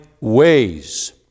ways